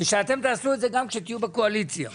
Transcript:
ושאתם תעשו את זה גם כשתהיו בקואליציה.